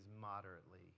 moderately